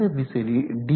இந்த விசிறி டி